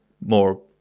more